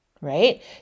right